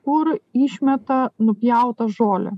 kur išmeta nupjautą žolę